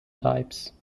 types